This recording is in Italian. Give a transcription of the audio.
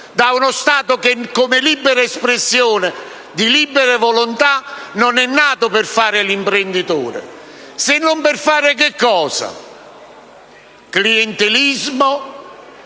da uno Stato che come libera espressione di libere volontà non è nato per fare l'imprenditore se non per fare clientelismo,